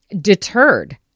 deterred